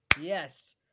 Yes